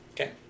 Okay